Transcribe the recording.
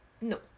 No